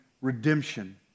redemption